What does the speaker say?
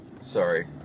Sorry